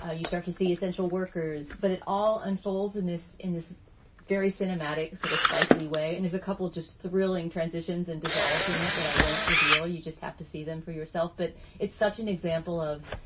ah you start to see essential workers, but it all unfolds in this in this very cinematic sort of spike lee way and is a couple of just thrilling transitions and dissolves in it that i won't reveal. you just have to see them for yourself, that it's such an example of,